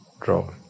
draw